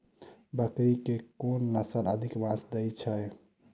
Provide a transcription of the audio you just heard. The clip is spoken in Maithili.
बकरी केँ के नस्ल अधिक मांस दैय छैय?